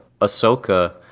Ahsoka